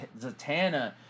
Zatanna